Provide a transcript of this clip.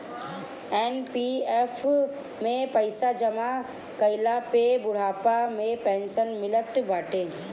NPF में पईसा जमा कईला पे बुढ़ापा में पेंशन मिलत बाटे